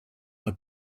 her